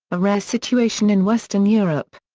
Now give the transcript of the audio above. a rare situation in western europe.